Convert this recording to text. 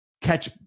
catch